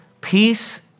Peace